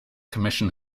commission